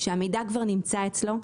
שהמידע כבר נמצא אצלו,